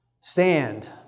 Stand